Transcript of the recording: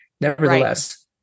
nevertheless